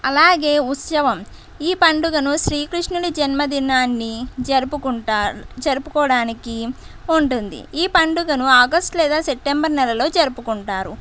అలాగే ఉత్సవం ఈ పండుగను శ్రీ కృష్ణుని జన్మదినాన్ని జరుపుకుంటారు జరుపుకోడానికి ఉంటుంది ఈ పండుగను ఆగస్ట్ లేదా సెప్టెంబర్ నెలలో జరుపుకుంటారు